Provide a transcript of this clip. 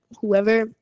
whoever